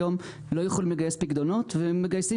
היום לא יכולים לגייס פיקדונות ומגייסים